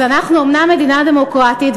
אז אנחנו אומנם מדינה דמוקרטית,